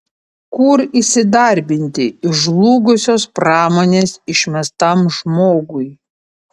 kur įsidarbinti iš žlugusios pramonės išmestam žmogui